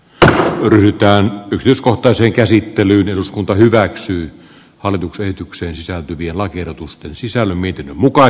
kauko itään yksityiskohtaiseen käsittelyyn eduskunta hyväksyy hallituksentykseen sisältyviä lakiehdotusten sisälämmitin jatkaa